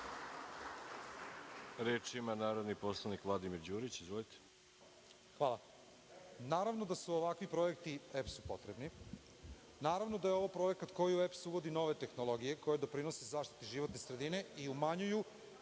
Reč ima narodni poslanik Vladimir Đurić. Izvolite. **Vladimir Đurić** Hvala. Naravno da su ovakvi projekti EPS-u potrebni. Naravno da je ovo projekat koji u EPS uvodi nove tehnologije koje doprinose zaštiti životne sredine i umanjuju